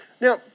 Now